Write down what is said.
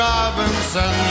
Robinson